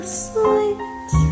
sweet